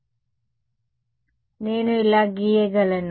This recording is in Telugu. కాబట్టి నేను ఇలా గీయగలను